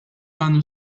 anne